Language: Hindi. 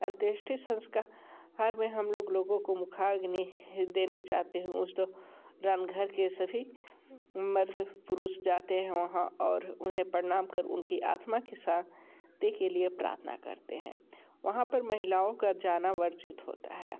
अंत्येष्टि संस्कार में हम लोग लोगों को मुखाग्नि देने जाते हैं उस दौ रान घर के सभी मर्द पुरुष जाते हैं वहाँ और उन्हें प्रणाम कर उनकी आत्मा के शां ति के लिए प्रार्थना करते हैं वहाँ पर महिलाओं का जाना वर्जित होता है